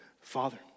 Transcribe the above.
Father